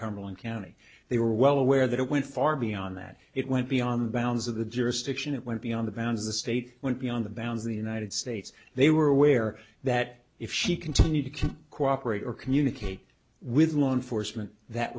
cumberland county they were well aware that it went far beyond that it went beyond the bounds of the jurisdiction it went beyond the bounds of the state went beyond the bounds of the united states they were aware that if she continued to cooperate or communicate with law enforcement that